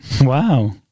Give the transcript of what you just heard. Wow